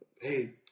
Hey